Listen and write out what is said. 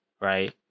right